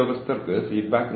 അവർക്ക് സമയപരിധി നൽകണം